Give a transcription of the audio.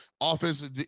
Offensive